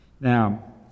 Now